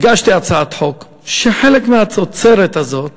הגשתי הצעת חוק, שחלק מהתוצרת הזאת